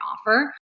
offer